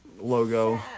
logo